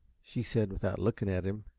she said, without looking at him.